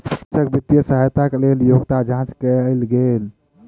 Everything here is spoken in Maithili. कृषक वित्तीय सहायताक लेल योग्यता जांच कयल गेल